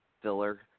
filler